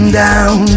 down